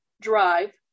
drive